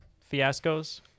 fiascos